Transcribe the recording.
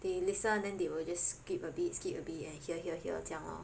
they listen then they will just skip a bit skip a bit then hear hear hear 这样 lor